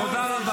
תודה.